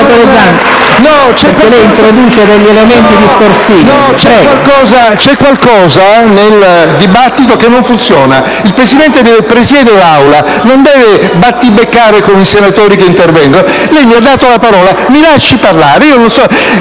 c'è qualcosa nel dibattito che non funziona. Il Presidente deve presiedere l'Aula, non deve battibeccare con i senatori che intervengono. Lei mi ha dato la parola: mi lasci parlare.